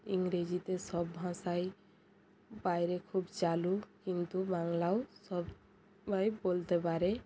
ইংরেজিতে সব ভাষাই বাইরে খুব চালু কিন্তু বাংলাও সব্বাই বলতে পারে